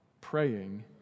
praying